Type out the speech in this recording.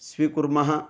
स्वीकुर्मः